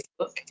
Facebook